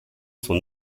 son